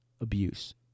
Abuse